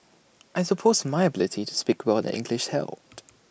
I suppose my ability to speak well in English helped